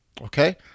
Okay